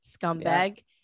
scumbag